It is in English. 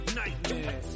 nightmare